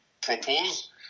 propose